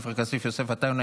עופר כסיף ויוסף עטאונה,